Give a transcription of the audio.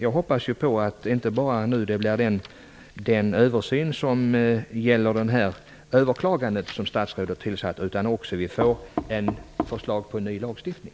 Jag hoppas att statsrådet inte bara tillsätter en utredning om möjligheten att överklaga dessa beslut utan att vi också får förslag till en ny lagstiftning.